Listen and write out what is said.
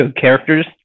characters